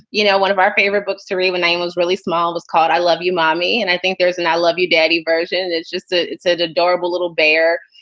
you know, one of our favorite books to read when i and was really small was called i love you, mommy. and i think there's an i love you daddy version. it's just it's that adorable little bear,